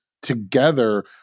Together